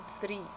three